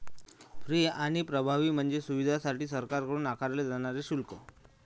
fee आणि प्रभावी म्हणजे सुविधांसाठी सरकारकडून आकारले जाणारे शुल्क